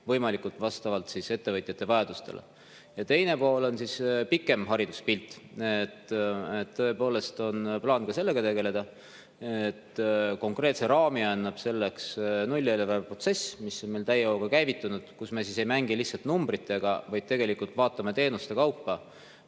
millised on] ettevõtjate vajadused. Ja teine pool on pikem hariduspilt. Tõepoolest on plaan ka sellega tegeleda. Konkreetse raami annab selleks nulleelarve protsess, mis on meil täie hooga käivitunud, kus me ei mängi lihtsalt numbritega, vaid tegelikult vaatame teenuste ja